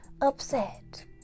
upset